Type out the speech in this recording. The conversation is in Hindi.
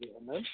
जी हम हैं